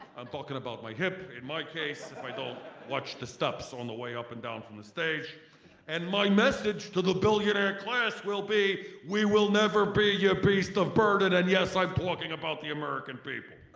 i'm talking about my hip, in my case. i don't watch the steps on the way up and down from the stage and my message to the billionaire class will be we will never be your beast of burden and yes i'm talking about the american people.